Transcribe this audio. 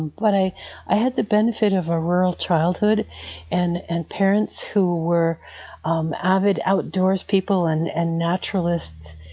but i i had the benefit of a rural childhood and and parents who were um avid outdoorspeople and and naturalists.